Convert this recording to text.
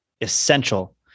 essential